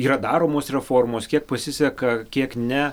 yra daromos reformos kiek pasiseka kiek ne